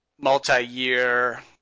multi-year